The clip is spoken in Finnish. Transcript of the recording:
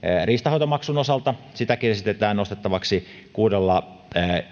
riistanhoitomaksun osalta sitäkin esitetään nostettavaksi kuudella